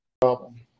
problem